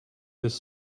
this